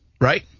right